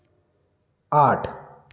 आठ